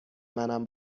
منم